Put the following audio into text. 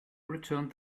returned